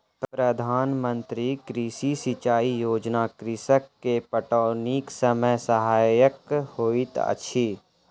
प्रधान मंत्री कृषि सिचाई योजना कृषक के पटौनीक समय सहायक होइत अछि